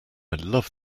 love